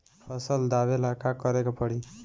फसल दावेला का करे के परी?